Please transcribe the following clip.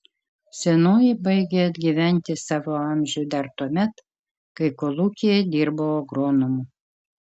senoji baigė atgyventi savo amžių dar tuomet kai kolūkyje dirbau agronomu